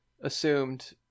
assumed